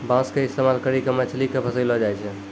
बांसो के इस्तेमाल करि के मछली के फसैलो जाय छै